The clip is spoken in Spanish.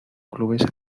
clubes